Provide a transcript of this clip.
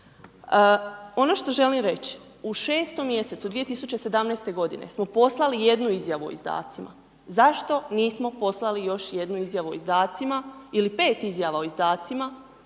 Ono što želim reć', u 6-om mjesecu 2017. godine, smo poslali jednu Izjavu o izdacima, zašto nismo poslali još jednu Izjavu o izdacima, ili 5 Izjava o izdacima,